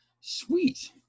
Sweet